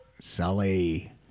sully